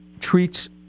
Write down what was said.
treats